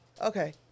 Okay